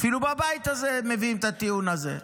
אפילו בבית הזה מביאים את הטיעון הזה,